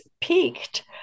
peaked